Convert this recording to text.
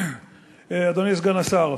אדוני סגן השר,